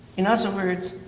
in other words,